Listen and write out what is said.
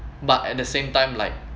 but at the same time like